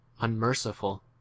unmerciful